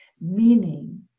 meaning